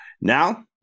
Now